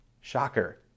shocker